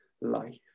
life